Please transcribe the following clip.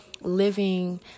living